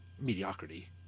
mediocrity